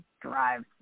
drive